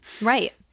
right